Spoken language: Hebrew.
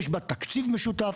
יש בה תקציב משותף,